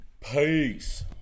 peace